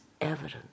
evidence